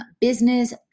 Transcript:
business